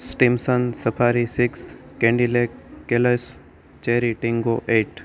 સ્ટીમશન safari six candy lake કેલસ cherry ટીંગો eight